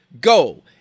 go